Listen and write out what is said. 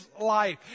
life